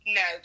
no